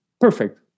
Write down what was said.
perfect